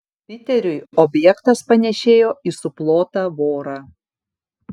piteriui objektas panėšėjo į suplotą vorą